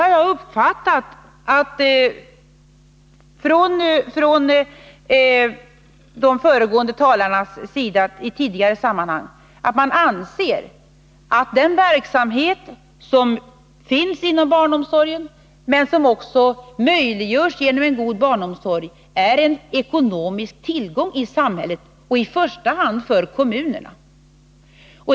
Jag har uppfattat de föregående talarna så, att de i tidigare sammanhang ansett att den verksamhet som förekommer inom barnomsorgen — men som också möjliggörs genom en god barnomsorg - är en ekonomisk tillgång i samhället, i första hand för kommunerna.